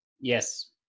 Yes